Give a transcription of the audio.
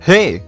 Hey